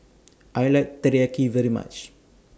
I like Teriyaki very much